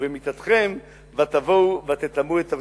ובמיתתכם ותבואו ותטמאו את ארצי.